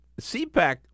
CPAC